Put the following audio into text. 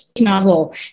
novel